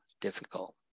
difficult